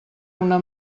una